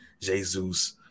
Jesus